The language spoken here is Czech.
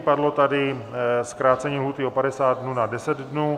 Padlo tady zkrácení lhůty o 50 dnů na 10 dnů.